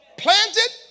Planted